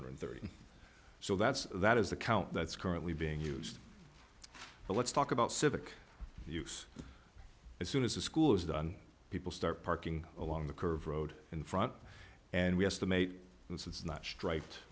hundred three so that's that is the count that's currently being used but let's talk about civic use as soon as the school is done people start parking along the curve road in front and we estimate this it's not striped